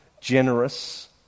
generous